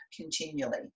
continually